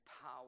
power